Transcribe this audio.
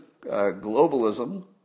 globalism